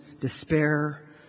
despair